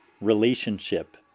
relationship